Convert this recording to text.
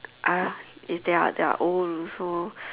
uh if they are they are old also